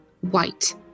white